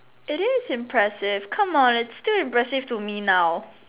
it is impressive come on its still impressive to me now